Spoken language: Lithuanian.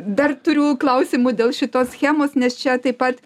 dar turiu klausimų dėl šitos schemos nes čia taip pat